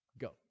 go